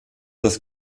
das